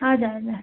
हजुर हजुर